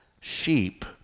sheep